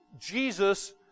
Jesus